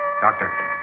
Doctor